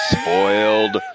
spoiled